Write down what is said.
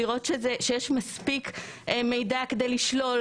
לראות שיש מספיק מידע כדי לשלול.